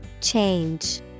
Change